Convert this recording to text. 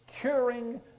curing